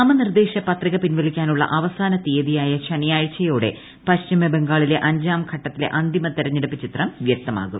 നാമനിർദേശ പത്രിക പിൻവലിക്കാനുള്ള അവസാന തീയതിയായ ശനിയാഴ്ചയോടെ പശ്ചിമബംഗാളിലെ അഞ്ചാംഘട്ടത്തിലെ അന്തിമ തെരഞ്ഞെടുപ്പ് ചിത്രം വ്യക്തമാകും